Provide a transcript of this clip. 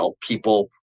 people